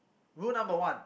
rule number one